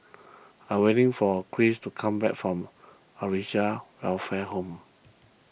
I am waiting for Cris to come back from Acacia Welfare Home